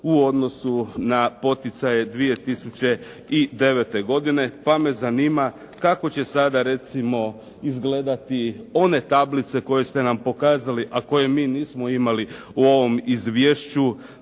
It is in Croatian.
u odnosu na poticaje 2009. godine. Pa me zanima kako će sada izgledati one tablice koje ste nam pokazali a koje mi nismo imali u ovom izvješću